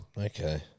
okay